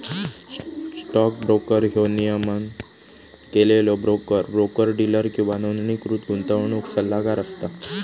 stock broker ह्यो नियमन केलेलो ब्रोकर, ब्रोकर डीलर किंवा नोंदणीकृत गुंतवणूक सल्लागार असता